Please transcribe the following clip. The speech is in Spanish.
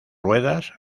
ruedas